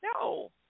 No